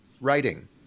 writing